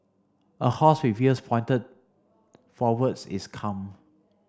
a horse with ears pointed forwards is calm